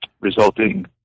resulting